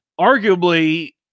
Arguably